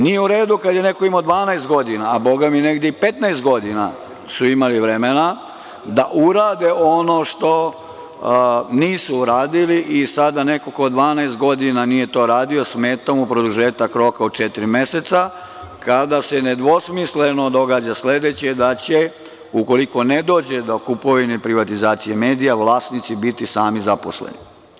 Nije u redu kada je neko imao 12 godina, a boga mi negde i 15 godina su imali vremena da urade ono što nisu uradili i sada neko ko 12 godina nije radio to, smeta mu produžetak roka od četiri meseca kada se nedvosmisleno događa sledeće – da će ukoliko ne dođe do kupovine, privatizacije medija vlasnici biti sami zaposleni.